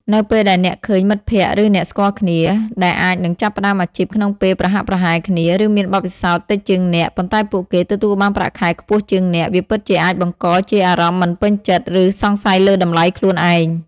នៅពេលដែលអ្នកឃើញ មិត្តភ័ក្តិ ឬអ្នកស្គាល់គ្នា ដែលអាចនឹងចាប់ផ្ដើមអាជីពក្នុងពេលប្រហាក់ប្រហែលគ្នា ឬមានបទពិសោធន៍តិចជាងអ្នក ប៉ុន្តែពួកគេ ទទួលបានប្រាក់ខែខ្ពស់ជាងអ្នក វាពិតជាអាចបង្កជាអារម្មណ៍មិនពេញចិត្ត ឬសង្ស័យលើតម្លៃខ្លួនឯង។